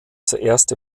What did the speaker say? zuerst